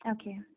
Okay